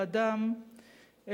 לאדם,